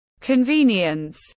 Convenience